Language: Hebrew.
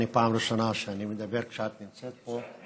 זו הפעם הראשונה שאני מדבר כשאת נמצאת פה.